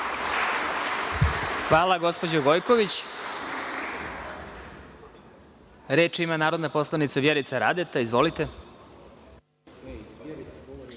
Hvala, gospođo Gojković. Reč ima narodna poslanica Vjerica Radeta. Izvolite.